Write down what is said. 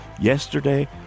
Yesterday